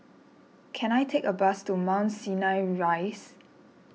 can I take a bus to Mount Sinai Rise